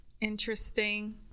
Interesting